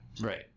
Right